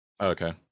Okay